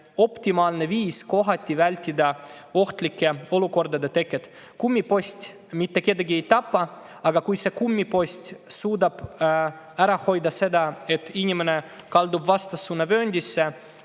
optimaalne viis vältida kohati ohtlike olukordade teket. Kummipost mitte kedagi ei tapa, aga kui kummipost suudab ära hoida seda, et inimene kaldub vastassuunavööndisse,